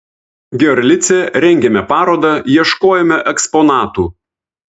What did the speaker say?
giorlice rengėme parodą ieškojome eksponatų